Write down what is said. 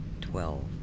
Twelve